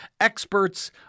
experts